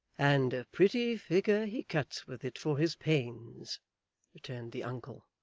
and a pretty figure he cuts with it for his pains returned the uncle.